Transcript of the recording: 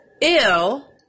ill